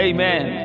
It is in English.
Amen